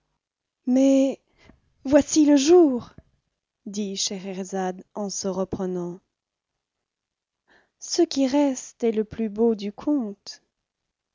mais voici le jour dit scheherazade en se reprenant ce qui reste est le plus beau du conte